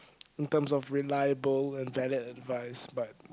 in terms of reliable and valid advice but